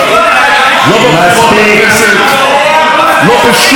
לא בבחירות לכנסת, לא בשום מקום.